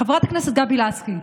חברת הכנסת גבי לסקי.